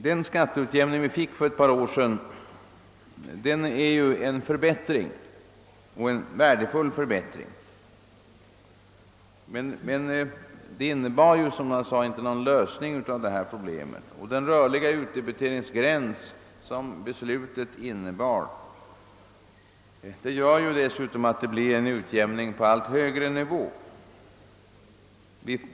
Den skatteutjämning vi genomförde för ett par år sedan var en värdefull förbättring men innebar inte någon lösning på det problem vi nu diskuterar. Dessutom gör den rörliga utdebiteringsgräns som beslutet innebär att vi får en utjämning på allt högre nivå.